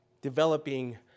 Developing